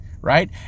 right